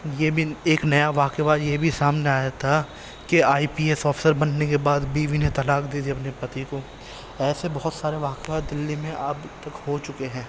یہ بھی ایک نیا واقعہ ہوا یہ بھی سامنے آیا تھا کہ آئی پی ایس آفیسر بننے کے بعد بیوی نے طلاق دے دیا اپنے پتی کو ایسے بہت سارے واقعات دہلی میں اب تک ہو چکے ہیں